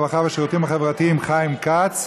הרווחה והשירותים החברתיים חיים כץ,